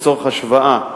לצורך השוואה,